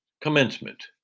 commencement